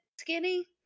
skinny